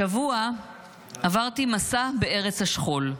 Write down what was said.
השבוע עברתי מסע בארץ השכול.